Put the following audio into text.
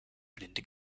blinde